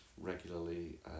regularly